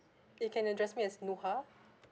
you can address me as nuha